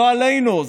לא עלינו,